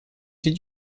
did